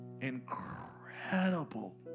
incredible